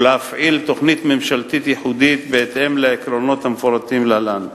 ולהפעיל תוכנית ממשלתית ייחודית בהתאם לעקרונות המפורטים להלן,